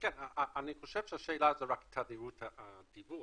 אני חושב שהשאלה זה רק תדירות הדיווח,